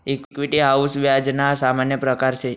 equity हाऊ व्याज ना सामान्य प्रकारसे